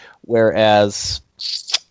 whereas